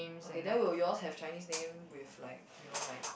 okay then will yours have Chinese name with like you know like